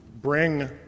Bring